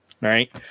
right